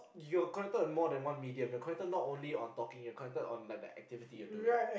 you're connected more than one medium you're connected not only on talking you're connected on like the activity you're doing